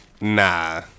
Nah